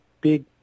big